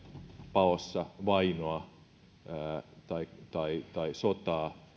paossa vainoa tai tai sotaa